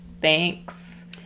thanks